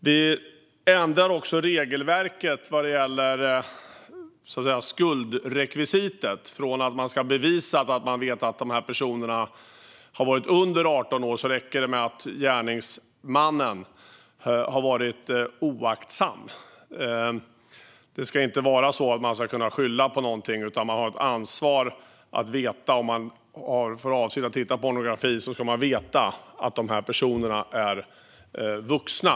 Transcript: Vi ändrar också regelverket vad gäller skuldrekvisitet från att det ska bevisas att man visste att personerna var under 18 år till att det räcker med att gärningsmannen varit oaktsam. Man ska inte kunna skylla på någonting, utan man har ett ansvar; om man har för avsikt att titta på pornografi ska man veta att personerna är vuxna.